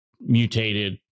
mutated